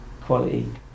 quality